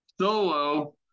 Solo